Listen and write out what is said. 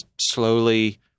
slowly